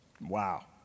Wow